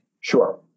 Sure